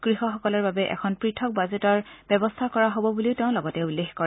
কৃষকসকলৰ বাবে এখন পথক বাজেটৰ ব্যৱস্থা কৰা হ'ব বুলিও তেওঁ উল্লেখ কৰে